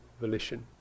volition